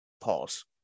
Pause